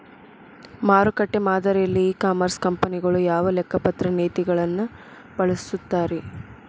ಮಾರುಕಟ್ಟೆ ಮಾದರಿಯಲ್ಲಿ e commerce ಕಂಪನಿಗಳು ಯಾವ ಲೆಕ್ಕಪತ್ರ ನೇತಿಗಳನ್ನ ಬಳಸುತ್ತಾರಿ?